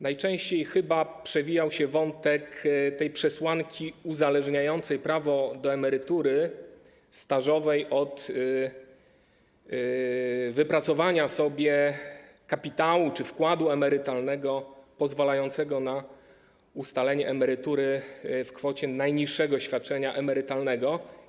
Najczęściej chyba przewijał się wątek przesłanki uzależniającej prawo do emerytury stażowej od wypracowania kapitału czy wkładu emerytalnego, pozwalającego na ustalenie emerytury w kwocie najniższego świadczenia emerytalnego.